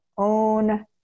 own